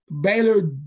Baylor